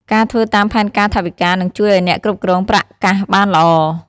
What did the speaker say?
ការធ្វើតាមផែនការថវិកា នឹងជួយឲ្យអ្នកគ្រប់គ្រងប្រាក់កាសបានល្អ។